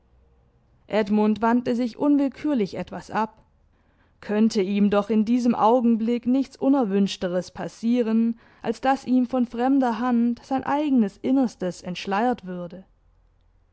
edmund wandte sich unwillkürlich etwas ab könnte ihm doch in diesem augenblick nichts unerwünschteres passieren als daß ihm von fremder hand sein eigenes innerstes entschleiert würde